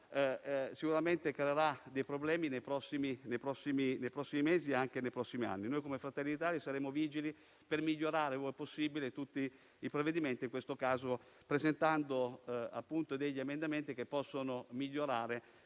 sicuramente creerà dei problemi nei prossimi mesi e anche nei prossimi anni. Noi come Fratelli d'Italia saremo vigili per migliorare, ove possibile, tutti i provvedimenti, in questo caso presentando degli emendamenti che possano migliorare